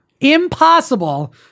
impossible